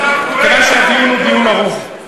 כיוון שהדיון הוא ארוך,